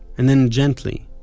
and then, gently,